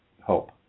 hope